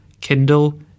Kindle